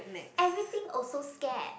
everything also scare